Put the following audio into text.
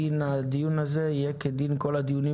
דין הדיון הזה יהיה כדין כל הדיונים